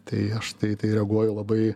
tai aš tai į tai reaguoju labai